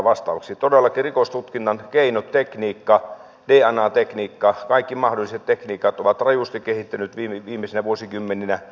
todellakin rikostutkinnan keinotekniikka dna tekniikka kaikki mahdolliset tekniikat on rajusti kehittynyt viimeisinä vuosikymmeninä